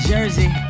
Jersey